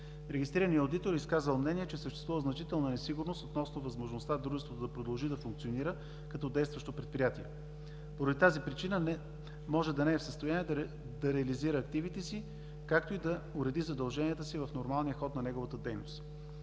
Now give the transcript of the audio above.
регистрираният одитор е изказал мнение, че: „Съществува значителна несигурност относно възможността Дружеството да продължи да функционира като действащо предприятие. Поради тази причина може да не е в състояние да реализира активите си, както и да уреди задълженията си в нормалния ход на неговата дейност“.